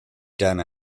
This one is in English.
done